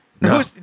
No